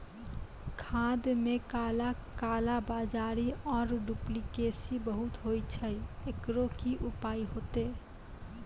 खाद मे काला कालाबाजारी आरु डुप्लीकेसी बहुत होय छैय, एकरो की उपाय होते?